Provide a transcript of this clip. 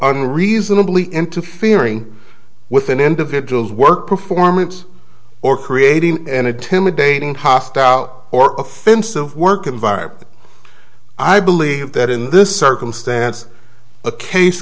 unreasonably interfering with an individual's work performance or creating and intimidating hostile or offensive work environment i believe that in this circumstance a case